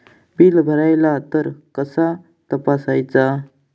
Bill भरला तर कसा तपसायचा?